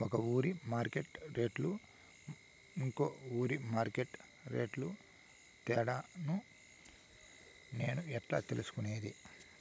ఒక ఊరి మార్కెట్ రేట్లు ఇంకో ఊరి మార్కెట్ రేట్లు తేడాను నేను ఎట్లా తెలుసుకునేది?